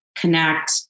connect